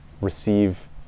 receive